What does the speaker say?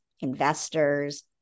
investors